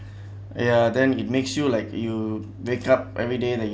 ya then it makes you like you wake up everyday like